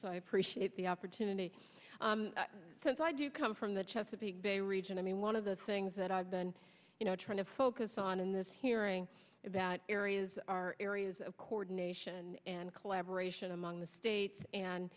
so i appreciate the opportunity since i do come from the chesapeake bay region i mean one of the things that i've been you know trying to focus on in this hearing that areas are areas of chord nation and collaboration among the states and